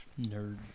nerd